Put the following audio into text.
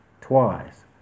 twice